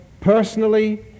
personally